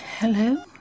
Hello